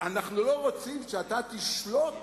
אנחנו לא רוצים שאתה תשלוט